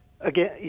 Again